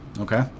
okay